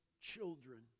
children